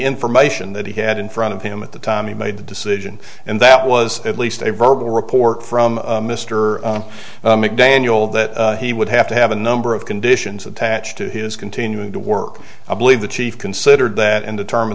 information that he had in front of him at the time he made the decision and that was at least a verbal report from mr mcdaniel that he would have to have a number of conditions attached to his continuing to work i believe the chief considered that and determ